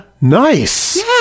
Nice